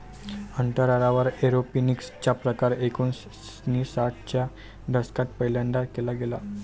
अंतराळात एरोपोनिक्स चा प्रकार एकोणिसाठ च्या दशकात पहिल्यांदा केला गेला